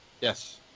Yes